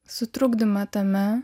sutrukdymą tame